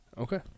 Okay